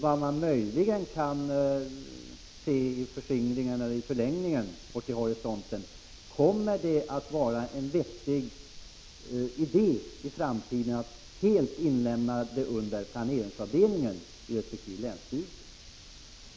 I förlängningen kan man möjligen fråga sig: Kommer det att vara en vettig idé att i framtiden helt inordna de aktuella uppgifterna under planeringsavdelningen i resp. länsstyrelse?